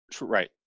Right